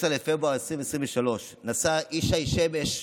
10 בפברואר 2023, נסע ישי שמש,